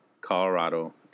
Colorado